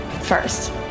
first